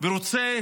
ורוצה